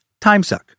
timesuck